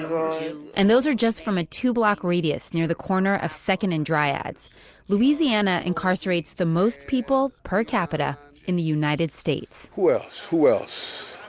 and those are just from a two block radius near the corner of second and dryades. louisiana incarcerates the most people per-capita in the united states who else, who else,